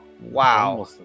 Wow